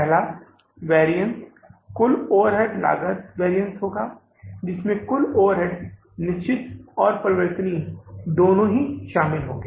पहला वैरिअन्स कुल ओवरहेड लागत वैरिअन्स होगा जिसमें कुल ओवरहेड्स निश्चित और परिवर्तनीय दोनों शामिल होंगे